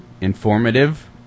informative